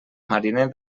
mariner